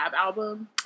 album